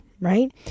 right